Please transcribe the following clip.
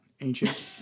Ancient